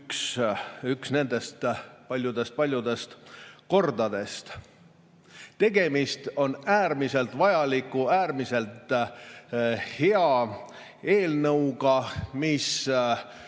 üks nendest paljudest-paljudest kordadest. Tegemist on äärmiselt vajaliku, äärmiselt hea eelnõuga, mis